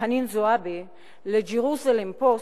חנין זועבי ל"ג'רוזלם פוסט",